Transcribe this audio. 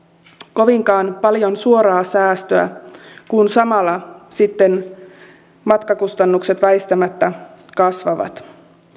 kovinkaan paljon suoraa säästöä kun samalla sitten matkakustannukset väistämättä kasvavat